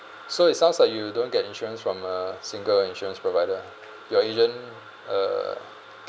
so it sounds like you don't get insurance from a single insurance provider your agent uh